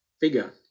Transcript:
figure